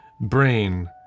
brain